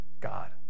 God